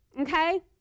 okay